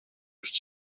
just